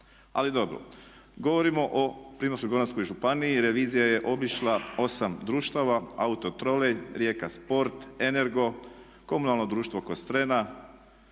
Ali dobro. Govorimo o Primorsko-goranskoj županiji i revizija je obišla 8 društava, Autotrolej, Rijeka Sport, energo, komunalno društvo Kostrena,